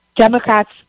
Democrats